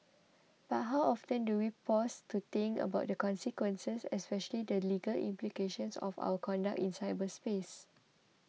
but how often do we pause to think about the consequences especially the legal implications of our conduct in cyberspace